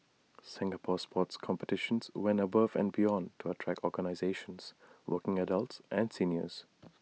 Singapore sports competitions went above and beyond to attract organisations working adults and seniors